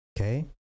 okay